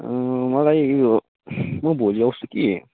मलाई उयो म भोलि आउँछु कि